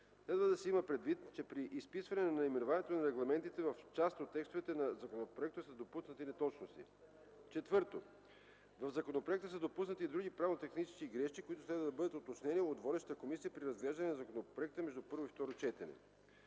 Следва да се има предвид, че при изписване на наименованието на регламентите в част от текстовете на законопроекта са допуснати неточности. 4. В законопроекта са допуснати и други правно-технически грешки, които следва да бъдат уточнени от водещата комисия при разглеждане на законопроекта между първо и второ четене.